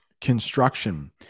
construction